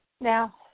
now